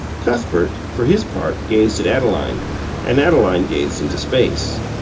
cuthbert, for his part, gazed at adeline and adeline gazed into space.